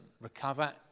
recover